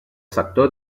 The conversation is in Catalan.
sector